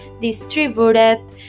distributed